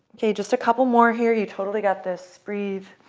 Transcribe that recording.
okay. just a couple more here. you totally got this. breathe.